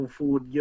food